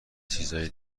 چیزای